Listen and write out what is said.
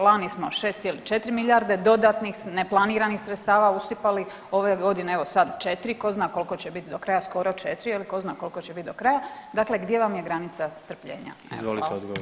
Lani smo 6,4 milijarde dodatnih neplaniranih sredstava usipali, ove godine, evo sad 4, ko zna koliko će bit do kraja, skoro 4, je li, ko zna koliko će bit do kraja, dakle gdje vam je granica strpljenja?